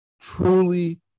truly